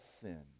sin